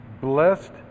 blessed